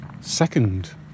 second